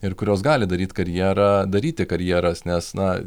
ir kurios gali daryt karjerą daryti karjeras nes na